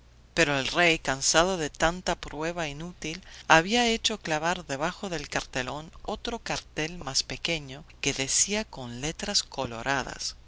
pero el rey cansado de tanta prueba inútil había hecho clavar debajo del cartelón otro cartel más pequeño que decía con letras coloradas